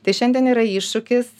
tai šiandien yra iššūkis